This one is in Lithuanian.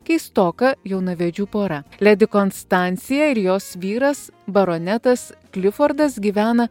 keistoka jaunavedžių pora ledi konstancija ir jos vyras baronetas klifordas gyvena